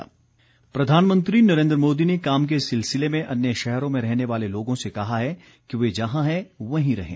appeal प्रधानमंत्री नरेन्द्र मोदी ने काम के सिलसिले में अन्य शहरों में रहने वाले लोगों से कहा है कि वे जहां हैं वहीं रहें